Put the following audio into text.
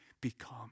become